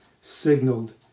signaled